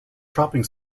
shopping